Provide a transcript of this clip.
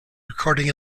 recording